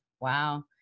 Wow